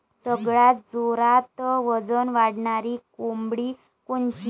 सगळ्यात जोरात वजन वाढणारी कोंबडी कोनची?